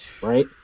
Right